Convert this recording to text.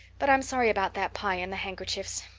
but i'm sorry about that pie and the handkerchiefs.